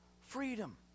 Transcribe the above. freedom